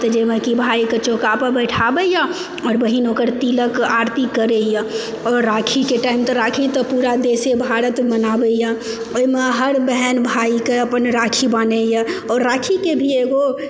तऽ जाहिमे कि भाईके चौका पर बैठाबैए आओर बहिन ओकर तिलक आरती करैए आओर राखीके टाइम तऽ राखी तऽ पूरा देशे भारत मनाबैए ओहिमे हर बहन भाईके अपन राखी बान्हैए आओर राखीके भी एगो